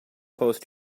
post